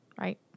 right